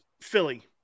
Philly